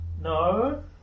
No